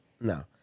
No